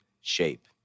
shape